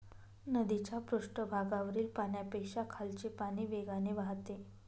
नदीच्या पृष्ठभागावरील पाण्यापेक्षा खालचे पाणी वेगाने वाहते